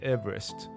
Everest